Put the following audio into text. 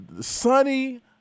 sunny